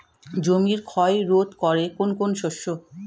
জমির ক্ষয় রোধ করে কোন কোন শস্য?